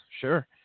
sure